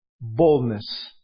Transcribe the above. boldness